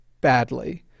badly